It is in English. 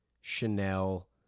Chanel